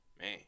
Man